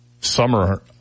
summer